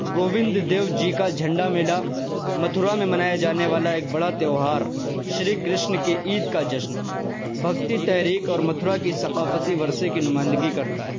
گووند دیو جی کا جھنڈا میلہ متھرا میں منایا جانے والا ایک بڑا تہوار شری کرشن کی عید کا جشن بھکتی تحریک اور متھرا کی ثقافتی ورثے کی نمائندگی کرتا ہے